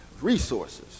resources